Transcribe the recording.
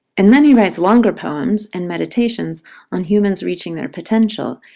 and then he writes longer poems and meditations on humans reaching their potential.